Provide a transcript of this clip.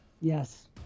Yes